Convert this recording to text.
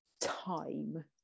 time